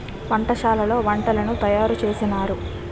వంటశాలలో వంటలను తయారు చేసినారు